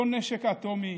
לא נשק אטומי,